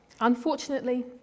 Unfortunately